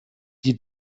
qui